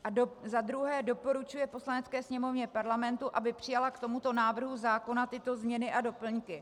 A zadruhé doporučuje Poslanecké sněmovně Parlamentu, aby přijala k tomuto návrhu zákona tyto změny a doplňky: